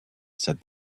said